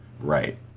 Right